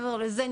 מעבר לזה,